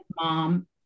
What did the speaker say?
mom